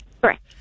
Correct